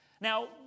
Now